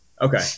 Okay